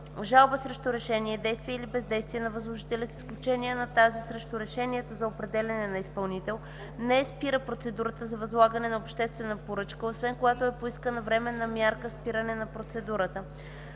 Жалба срещу решение, действие или бездействие на възложителя, с изключение на тази срещу решението за определяне на изпълнител, не спира процедурата за възлагане на обществена поръчка, освен когато е поискана временна мярка „спиране на процедурата”.